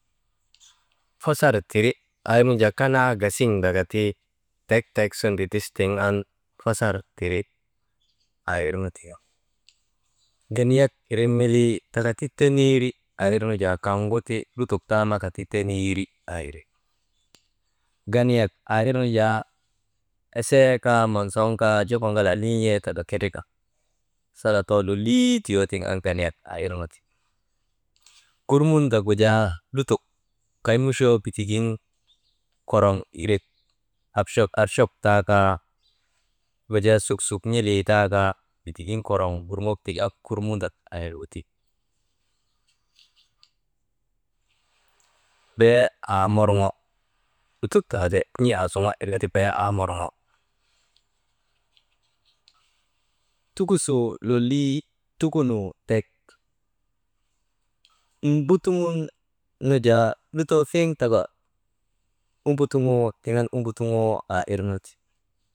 Fasar tiri aa irnu jaa kaa gasiŋdaka ta tek tek su ndidis tiŋ an fasar tiri aa irnu ti, ganiyak iriinu milii takati, teniiri aa irnu jaa kaŋgu ti, lutok taamaka ti teniiri aa iri, ganiyak aa irnu jaa esee kaa monson kaa joko ŋalaa niin̰ee taka kerika sana too lolii toyoo tiŋ an ganiyak irnu ti, kurmundak gu jaa lutok kay muchoo bitigin koroŋ irek abchok abchok taa kaa, wujaa suksuk n̰ilii taa kaa bitigin koroŋ urŋok tik an kurmundak irgu ti, bee aa morŋo lutok taka ti, n̰ee aa kurŋo irka ti bee aa morŋo, tukusoo lolii tukunuu tek, mbutuŋun nu jaa lutoo fiŋ taka umbutuŋoo tiŋ an umbutuŋo aa irnu ti.